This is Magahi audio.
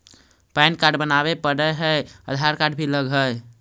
पैन कार्ड बनावे पडय है आधार कार्ड भी लगहै?